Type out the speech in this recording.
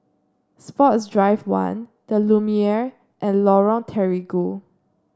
Sports Drive One the Lumiere and Lorong Terigu